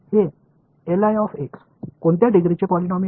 எனவே இது எந்த டிகிரியின் பாலினாமியல்